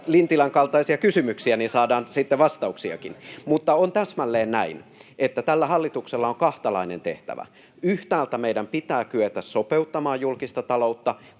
Lintilän kaltaisia kysymyksiä, niin saadaan sitten vastauksiakin. Mutta on täsmälleen näin, että tällä hallituksella on kahtalainen tehtävä. Yhtäältä meidän pitää kyetä sopeuttamaan julkista taloutta,